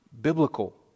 biblical